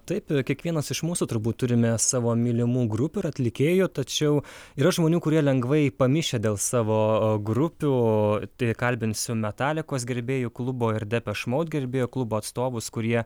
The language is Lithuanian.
taip kiekvienas iš mūsų turbūt turime savo mylimų grupių ir atlikėjų tačiau yra žmonių kurie lengvai pamišę dėl savo grupių kalbinsiu metalikos gerbėjų klubo ir depeš maud gerbėjų klubo atstovus kurie